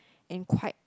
and quite